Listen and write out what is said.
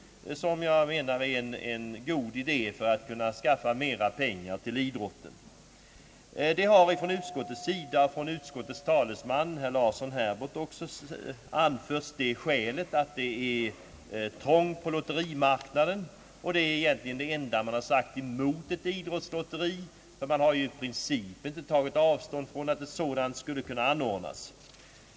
Jag anser att det vore en god idé för att skaffa mera pengar till idrotten. Utskottets talesman herr Herbert Larsson har anfört att det är trångt på lotterimarknaden, och det är egentligen det enda skäl som anförts mot ett idrottslotteri. Herr Larsson har inte i princip tagit avstånd från anordnandet av ett sådant lotteri.